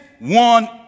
one